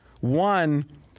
One